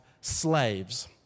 slaves